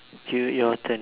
you your turn